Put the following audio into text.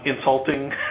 insulting